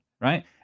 Right